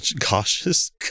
cautious